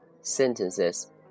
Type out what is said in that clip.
Sentences